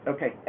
Okay